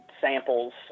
samples